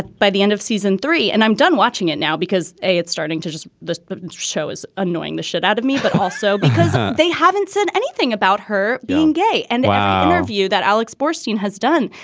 by the end of season three and i'm done watching it now because a, it's starting to just the show is annoying the shit out of me, but also because they haven't said anything about her being gay. and our view that alex borstein has done,